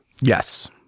Yes